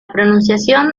pronunciación